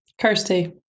kirsty